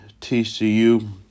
TCU